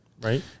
right